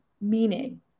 meaning